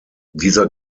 dieser